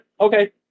okay